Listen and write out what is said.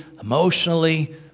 emotionally